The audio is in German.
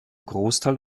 großteil